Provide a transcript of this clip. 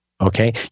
Okay